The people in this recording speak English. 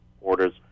orders